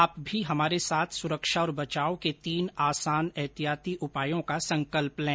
आप भी हमारे साथ सुरक्षा और बचाव के तीन आसान एहतियाती उपायों का संकल्प लें